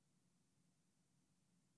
הכול.